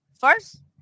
first